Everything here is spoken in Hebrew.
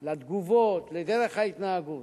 על התגובות, על דרך ההתנהגות.